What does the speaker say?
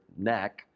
neck